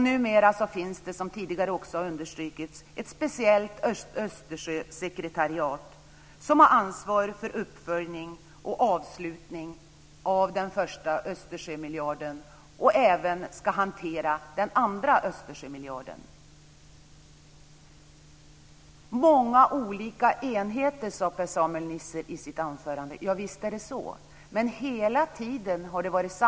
Numera finns det, som tidigare understrukits, ett speciellt Östersjösekretariat som har ansvar för uppföljning och avslutning av den första Östersjömiljarden och även ska hantera den andra Per-Samuel Nisser talade i sitt anförande om att det var många olika enheter. Visst är det så.